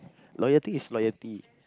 loyalty is loyalty